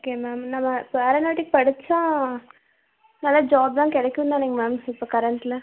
okay ma'am நம்ம aeronautic படித்தா நல்ல ஜாப்லாம் கிடைக்கும் தானேங்க மேம் இப்போ கரண்ட்டில்